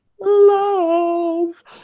love